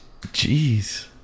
Jeez